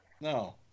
No